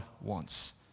wants